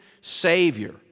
Savior